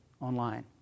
online